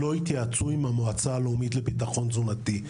לא התייעצו עם המועצה הלאומית לביטחון תזונתי.